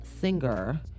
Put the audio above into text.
Singer